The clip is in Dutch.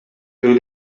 door